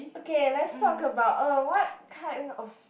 okay let's talk about uh what kind of